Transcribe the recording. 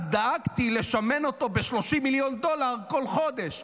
דאגתי לשמן אותה ב-30 מיליון דולר בכל חודש.